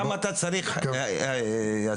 כמה אתה צריך, יאסר?